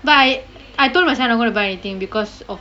but I I told myself not gonna buy anything because of